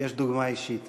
יש דוגמה אישית.